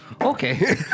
Okay